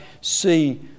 see